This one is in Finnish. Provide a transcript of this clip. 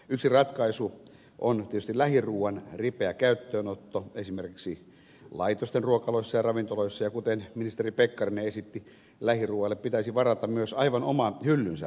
yksi ratkaisu on tietysti lähiruuan ripeä käyttöönotto esimerkiksi laitosten ruokaloissa ja ravintoloissa ja kuten ministeri pekkarinen esitti lähiruualle pitäisi varata myös aivan oma hyllynsä marketteihin